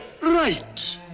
Right